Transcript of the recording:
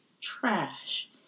trash